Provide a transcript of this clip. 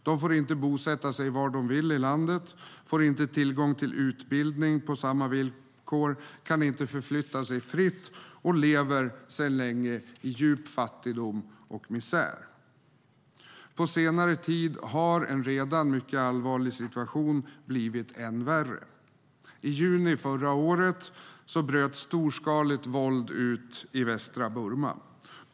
De får inte bosätta sig var de vill i landet, de får inte tillgång till utbildning på samma villkor, kan inte förflytta sig fritt och lever sedan länge i djup fattigdom och misär. På senare tid har en redan mycket allvarlig situation blivit än värre. I juni förra året bröt storskaligt våld ut i västra Burma.